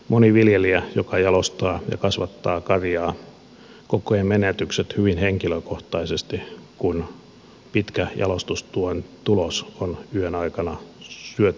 moni viljelijä joka jalostaa ja kasvattaa karjaa kokee menetykset hyvin henkilökohtaisesti kun pitkä jalostustyön tulos on yön aikana syöty laitumella